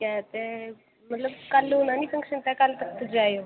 ठीक ऐ ते मतलब कल होना निं फंक्शन ते कल तुस पुज्जी जायो